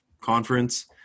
conference